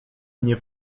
mnie